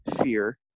Fear